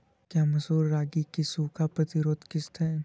क्या मसूर रागी की सूखा प्रतिरोध किश्त है?